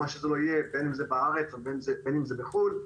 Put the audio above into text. בין אם זה בארץ ובין אם זה בחו"ל,